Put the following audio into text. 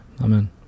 Amen